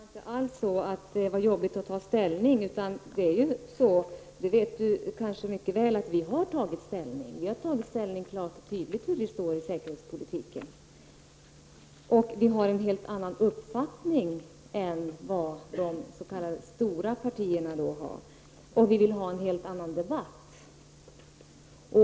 Fru talman! Nej, Sture Ericson, det var inte alls jobbigt att ställning. Sture Ericson vet mycket väl att vi har tagit ställning. Vi har klart och tydligt tagit ställning till säkerhetspolitiken. Vi har en helt annan uppfattning än de sk. stora partierna har. Vi vill ha en helt annan debatt.